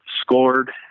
scored